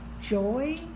joy